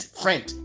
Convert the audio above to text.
friend